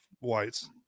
whites